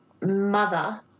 mother